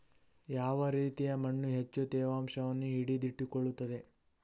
ಯಾವ ರೀತಿಯ ಮಣ್ಣು ಹೆಚ್ಚು ತೇವಾಂಶವನ್ನು ಹಿಡಿದಿಟ್ಟುಕೊಳ್ಳುತ್ತದೆ?